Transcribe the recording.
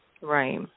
right